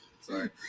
Sorry